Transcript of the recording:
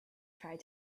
tried